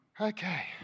Okay